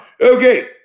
Okay